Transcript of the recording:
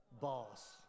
boss